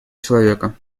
человека